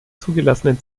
zugelassenen